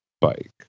bike